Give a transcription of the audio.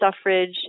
suffrage